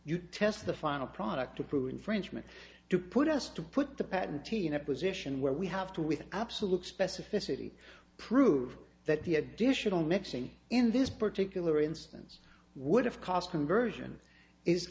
you test the final product to prove infringement to put us to put the patent team in a position where we have to with absolute specificity prove that the additional mixing in this particular instance would have cost conversion is